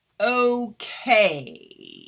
Okay